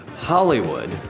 Hollywood